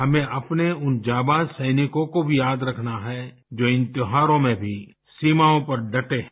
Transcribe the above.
हमें अपने उन जाबाज सैनिकों को भी याद रखना है जो इन त्यौहारों में भी सीमाओं पर डटे हैं